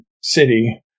City